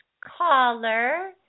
caller